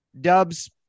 Dubs